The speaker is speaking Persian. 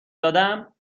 دادم